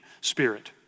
spirit